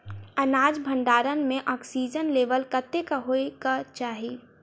अनाज भण्डारण म ऑक्सीजन लेवल कतेक होइ कऽ चाहि?